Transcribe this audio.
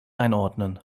einordnen